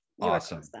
Awesome